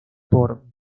por